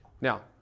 Now